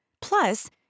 Plus